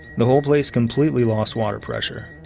the whole place completely lost water pressure.